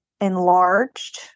enlarged